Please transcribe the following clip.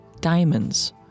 Diamonds